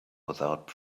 without